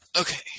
okay